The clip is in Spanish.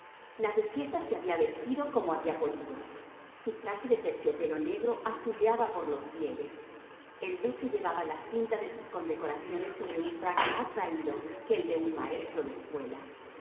la duquesa se había vestido como había podido su traje de terciopelo negro azuleaba por los pliegues el duque llevaba la cinta de sus condecoraciones sobre un frac más raído que el de un maestro de escuela